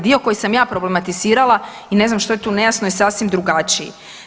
Dio koji sam ja problematizirala i ne znam što je tu nejasno je sasvim drugačiji.